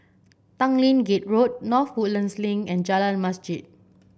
Tanglin Gate Road North Woodlands Link and Jalan Masjid